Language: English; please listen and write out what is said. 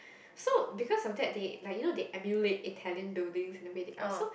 so because of that they like you know they emulate Italian buildings in the way they are so